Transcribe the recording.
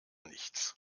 nichts